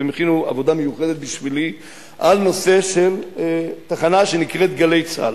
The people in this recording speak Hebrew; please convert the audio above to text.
והם הכינו עבודה מיוחדת בשבילי על הנושא של התחנה שנקראת "גלי צה"ל".